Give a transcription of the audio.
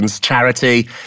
charity